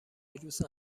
ویروس